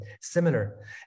similar